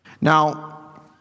Now